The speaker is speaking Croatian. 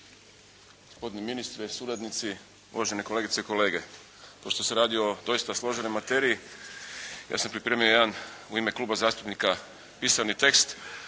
Hvala vam